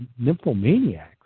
nymphomaniacs